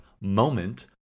moment